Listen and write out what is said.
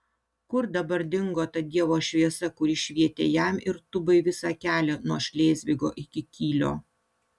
kur dabar dingo ta dievo šviesa kuri švietė jam ir tubai visą kelią nuo šlėzvigo iki kylio